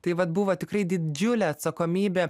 tai vat buvo tikrai didžiulė atsakomybė